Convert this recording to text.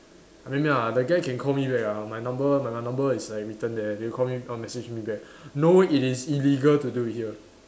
maybe ah the guy can call me back ah my number my number is like written there they will call me or message me back no it is illegal to do here